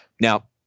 Now